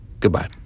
goodbye